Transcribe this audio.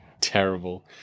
terrible